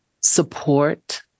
support